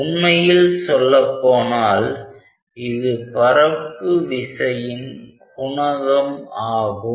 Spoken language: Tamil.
உண்மையில் சொல்லப்போனால் இது பரப்பு விசையின் குணகம் ஆகும்